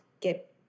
get